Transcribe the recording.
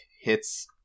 hits